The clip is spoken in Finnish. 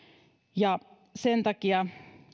ja sen takia